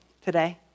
today